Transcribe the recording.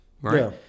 right